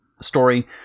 story